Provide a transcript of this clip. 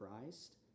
Christ